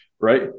right